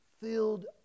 Filled